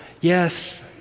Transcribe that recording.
yes